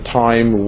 time